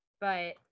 but-